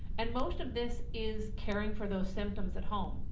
and most of this is caring for those symptoms at home.